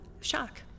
shock